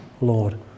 Lord